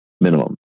minimum